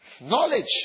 Knowledge